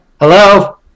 Hello